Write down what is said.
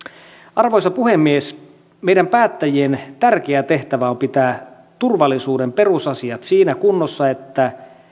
arvoisa puhemies meidän päättäjien tärkeä tehtävä on pitää turvallisuuden perusasiat siinä kunnossa että